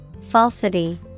Falsity